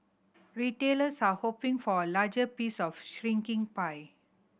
retailers are hoping for a larger piece of a shrinking pie